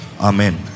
Amen